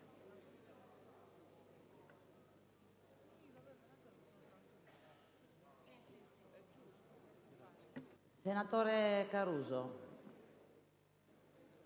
Senatore Caruso,